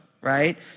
right